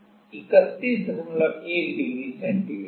यह 311 degree centigrade है